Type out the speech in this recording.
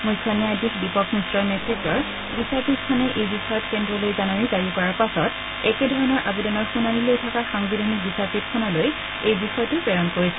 মুখ্য ন্যায়াধীশ দীপক মিশ্ৰৰ নেতৃত্বৰ বিচাৰপীঠখনে এই বিষয়ত কেন্দ্ৰলৈ জাননী জাৰী কৰাৰ পাছত একেধৰণৰ আবেদনৰ শুনানী লৈ থকা সংবিদানিক বিচাৰপীঠখনলৈ এই বিষয়টো প্ৰেৰণ কৰিছে